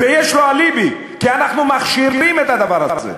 ויש לו אליבי, כי אנחנו מכשירים את הדבר הזה.